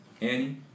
Annie